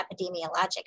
epidemiologic